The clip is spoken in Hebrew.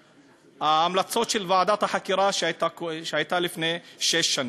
ההמלצות של ועדת החקירה שהייתה לפני שש שנים,